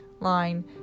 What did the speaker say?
line